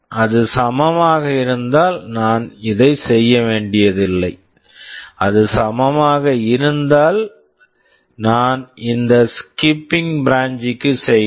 அது சமமாக இருந்தால் நான் இதை செய்ய வேண்டியதில்லை அது சமமாக இருந்தால் நான் இந்த ஸ்கிப் SKIP க்கு ப்ராஞ்சிங் branching செய்கிறேன்